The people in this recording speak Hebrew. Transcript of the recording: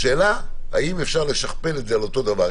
השאלה האם אפשר לשכפל את זה על אותו דבר,